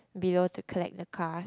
below to collect the cars